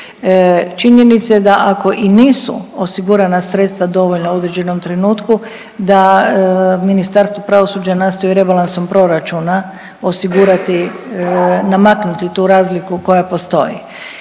Činjenica je da ako i nisu osigurana sredstva dovoljna u određenom trenutku da Ministarstvo pravosuđa nastoji rebalansom proračuna osigurati namaknuti tu razliku koja postoji.